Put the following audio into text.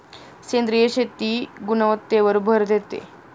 सेंद्रिय शेती गुणवत्तेवर भर देते